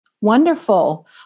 Wonderful